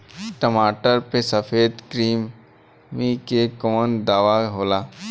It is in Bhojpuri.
टमाटर पे सफेद क्रीमी के कवन दवा होला?